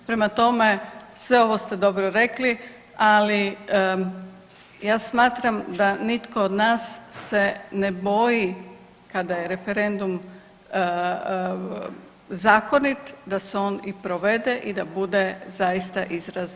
Prema tome, sve ovo ste dobro rekli, ali ja smatram da nitko od nas se ne boji kada je referendum zakonit, da se on i provede i da bude zaista izraz volje građana.